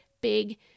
big